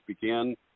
began